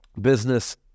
business